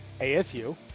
ASU